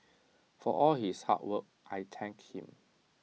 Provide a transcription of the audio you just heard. for all his hard work I thank him